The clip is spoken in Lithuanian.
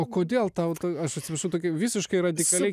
o kodėl tau ta aš atsiprašau tokį visiškai radikaliai